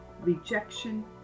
rejection